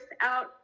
out